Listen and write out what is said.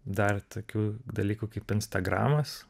dar tokių dalykų kaip instagramas